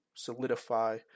solidify